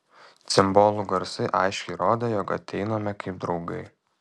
cimbolų garsai aiškiai rodė jog ateiname kaip draugai